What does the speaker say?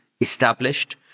established